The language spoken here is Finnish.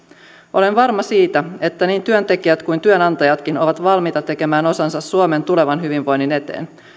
olen varma siitä että niin työntekijät kuin työnantajatkin ovat valmiita tekemään osansa suomen tulevan hyvinvoinnin eteen